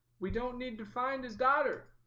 we don't need to find his daughter